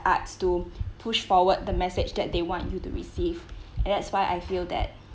arts to push forward the message that they want you to receive and that's why I feel that